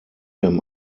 him